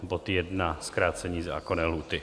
Bod 1, zkrácení zákonné lhůty.